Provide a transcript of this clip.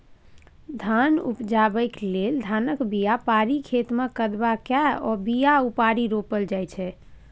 धान उपजाबै लेल धानक बीया पारि खेतमे कदबा कए ओ बीया उपारि रोपल जाइ छै